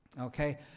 okay